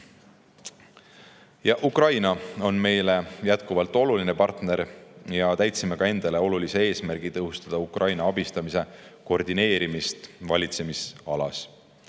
Ukraina on meile jätkuvalt oluline partner ja me täitsime ka endale olulise eesmärgi tõhustada Ukraina abistamise koordineerimist meie valitsemisalas.